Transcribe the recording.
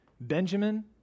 Benjamin